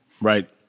right